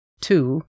Two